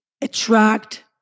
attract